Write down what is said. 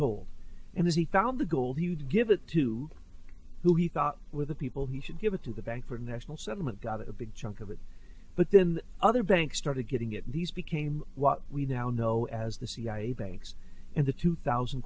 gold and then he found the gold he would give it to who he thought with the people he should give it to the bank for national sentiment got a big chunk of it but then other banks started getting it these became what we now know as the cia banks and the two thousand